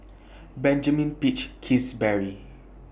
Benjamin Peach Keasberry